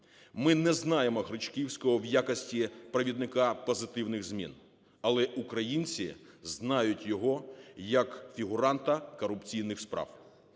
Ми не знаємо Гречківського в якості провідника позитивних змін, але українці знають його як фігуранта корупційних справ.